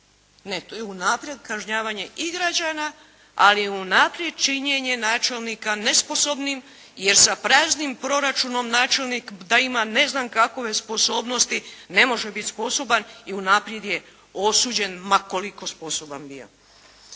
Ne, to je unaprijed kažnjavanje i građana, ali unaprijed činjenje načelnika nesposobnim jer sa praznim proračunom načelnik da ima ne znam kakove sposobnosti ne može biti sposoban i unaprijed je osuđen ma koliko sposoban bio.